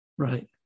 Right